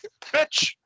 bitch